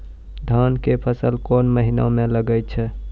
धान के फसल कोन महिना म लागे छै?